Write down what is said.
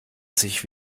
sich